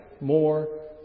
More